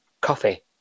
coffee